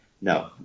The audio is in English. no